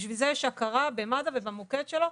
בשביל זה יש הכרה במד"א ובמוקד שלו,